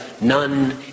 none